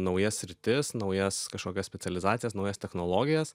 naujas sritis naujas kažkokias specializacijas naujas technologijas